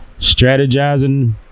strategizing